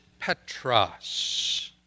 Petras